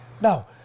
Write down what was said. Now